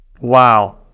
Wow